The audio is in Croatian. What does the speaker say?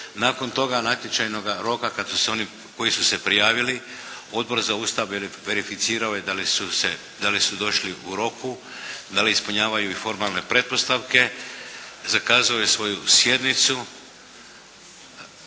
Nakon toga natječajnoga roka kad su se oni koji su se prijavili Odbor za Ustav verificirao je da li su se, da li su došli u roku, da li ispunjavaju i formalne pretpostavke. Zakazao je svoju sjednicu.